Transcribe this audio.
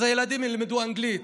אז הילדים ילמדו אנגלית.